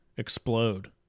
explode